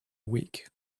week